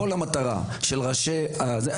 כל המטרה של ראשי האופוזיציה ,